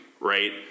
right